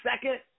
second